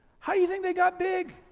how you think they got big?